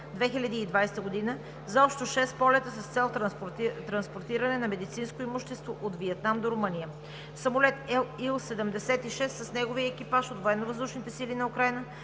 2020 г. за общо шест полета с цел транспортиране на медицинско имущество от Виетнам до Румъния; - самолет Ил-76 с неговия екипаж от Военновъздушните